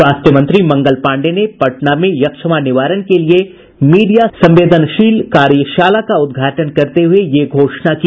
स्वास्थ्य मंत्री मंगल पांडेय ने पटना में यक्ष्मा निवारण के लिए मीडिया संवेदनशील कार्यशाला का उद्घाटन करते हुए ये घोषणा की